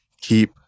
keep